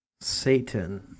Satan